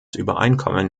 übereinkommen